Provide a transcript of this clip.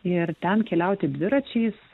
ir ten keliauti dviračiais